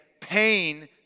pain